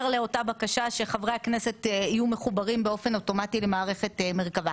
לאותה בקשה שחברי הכנסת יהיו מחוברים באופן אוטומטי למערכת מרכבה.